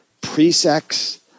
pre-sex